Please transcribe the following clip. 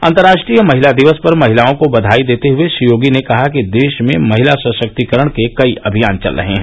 अन्तर्राष्ट्रीय महिला दिवस पर महिलाओं को बयाई देते हुये श्री योगी ने कहा कि देश में महिला सशक्तीकरण के कई अभियान चल रहे हैं